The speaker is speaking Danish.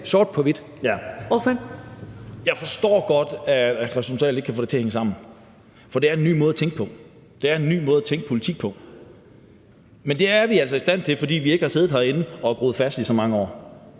forstår godt, at hr. Kristian Thulesen Dahl ikke kan få det til at hænge sammen, for det er en ny måde at tænke på. Det er en ny måde at tænke politik på. Men det er vi altså i stand til, fordi vi ikke har siddet herinde i så mange år